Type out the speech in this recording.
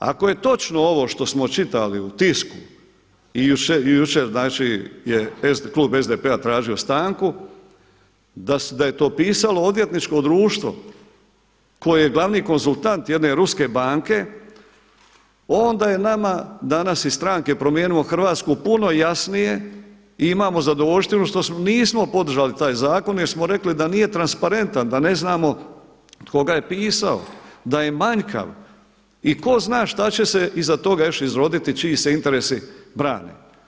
Ako je točno ovo što smo čitali u Tisku i jučer je znači klub SDP-a tražio stanku, da je to pisalo odvjetničko društvo koje je glavni konzultant jedne ruske banke, onda je nama danas iz stranke Promijenimo Hrvatsku puno jasnije i imamo zadovoljštinu što nismo podržali taj zakon jer smo rekli da nije transparentan, da ne znamo tko ga je pisao, da je manjkav i tko zna šta će se iza toga još izroditi čiji se interesi brane.